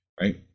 Right